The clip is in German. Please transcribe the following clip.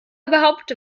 überhaupt